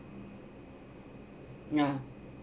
ya